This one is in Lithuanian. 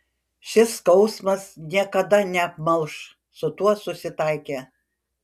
šis skausmas niekada neapmalš su tuo susitaikė